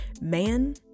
man